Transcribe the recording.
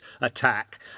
attack